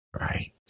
Right